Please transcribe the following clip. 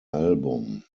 album